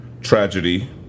Tragedy